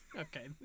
Okay